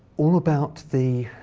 all about the